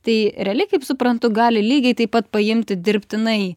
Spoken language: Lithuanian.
tai reali kaip suprantu gali lygiai taip pat paimti dirbtinai